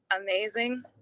amazing